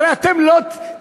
הרי אתם היום,